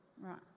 Right